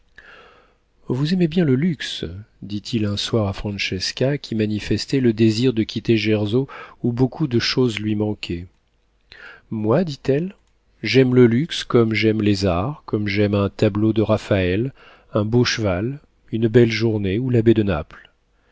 vous aimez bien le luxe dit-il un soir à francesca qui manifestait le désir de quitter gersau où beaucoup de choses lui manquaient moi dit-elle j'aime le luxe comme j'aime les arts comme j'aime un tableau de raphaël un beau cheval une belle journée ou la baie de naples